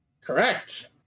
Correct